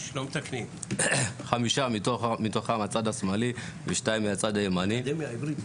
חמישה מתוכם מהצד השמאלי, ושתיים מהצד הימני.